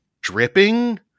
dripping